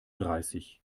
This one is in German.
dreißig